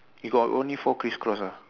you got only four criss cross ah